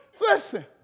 Listen